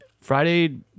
Friday